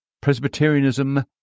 Presbyterianism